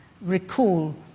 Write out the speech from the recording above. recall